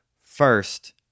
first